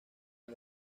una